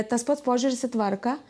tas pats požiūris į tvarką